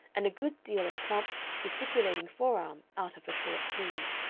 and a good deal of plump, gesticulating forearm out of her short sleeve.